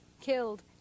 killed